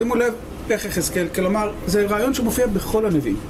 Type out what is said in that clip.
שימו לב איך החזקאל כלומר זה רעיון שמופיע בכל הנביא